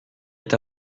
est